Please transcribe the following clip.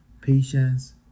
Patience